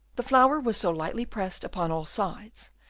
the flower was so lightly pressed upon all sides,